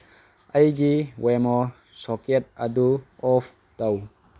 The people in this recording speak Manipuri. ꯑꯩꯒꯤ ꯋꯦꯃꯣ ꯁꯣꯀꯦꯠ ꯑꯗꯨ ꯑꯣꯐ ꯇꯧ